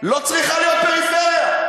לא צריכה להיות פריפריה.